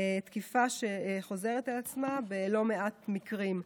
תקיפה שחוזרת על עצמה בלא מעט מקרים.